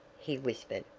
he whispered.